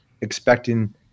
expecting